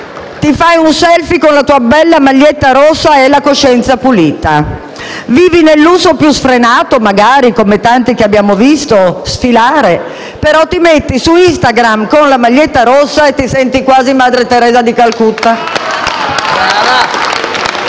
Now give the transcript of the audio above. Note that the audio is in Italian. ti fai un *selfie* con la tua bella maglietta rossa e hai la coscienza pulita. Magari vivi nel lusso più sfrenato, come tanti che abbiamo visto sfilare, però metti su Instagram una foto con la maglietta rossa e ti senti quasi Madre Teresa di Calcutta.